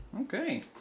Okay